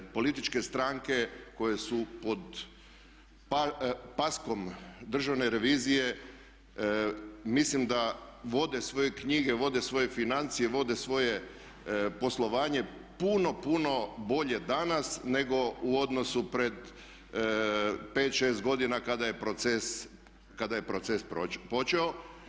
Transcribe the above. Političke stranke koje su pod paskom državne revizije mislim da vode svoje knjige, vode svoje financije, vode svoje poslovanje puno, puno bolje danas nego u odnosu pred 5, 6 godina kada je proces počeo.